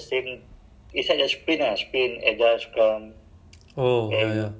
so actually zoom actually zoom suddenly get hire more people kan du~ during the COVID